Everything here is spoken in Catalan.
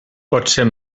potser